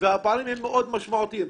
והפערים הם מאוד משמעותיים.